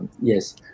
yes